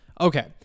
Okay